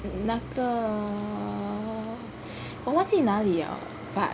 那个我忘记哪里 liao leh but